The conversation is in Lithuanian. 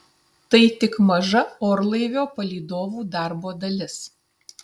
tai tik maža orlaivio palydovų darbo dalis